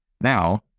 Now